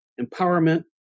empowerment